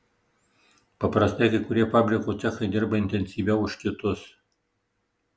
paprastai kai kurie fabriko cechai dirba intensyviau už kitus